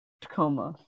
Tacoma